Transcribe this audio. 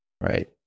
Right